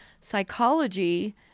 psychology